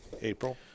April